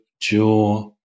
jaw